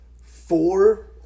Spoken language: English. Four